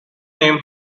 name